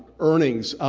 earnings.